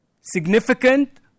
significant